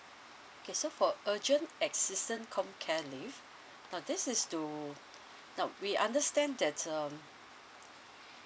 okay so for urgent assistance comcare leave now this is to now we understand that um